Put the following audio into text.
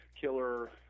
killer